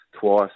twice